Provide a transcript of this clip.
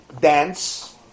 dance